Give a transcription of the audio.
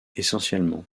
essentiellement